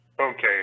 Okay